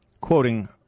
Quoting